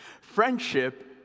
friendship